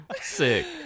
sick